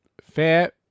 fair